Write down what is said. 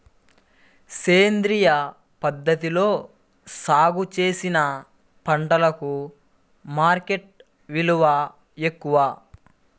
సేంద్రియ పద్ధతిలో సాగు చేసిన పంటలకు మార్కెట్ విలువ ఎక్కువ